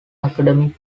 academy